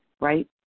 right